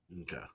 Okay